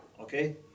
Okay